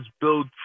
build